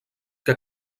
que